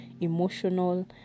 emotional